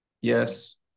yes